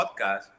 podcast